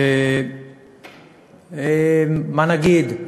שמה נגיד?